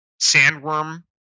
sandworm